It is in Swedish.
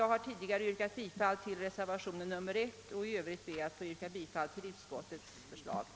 Jag har tidigare yrkat bifall till reservation nr 1. I övrigt ber jag att få yrka bifall till utskottets förslag.